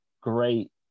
great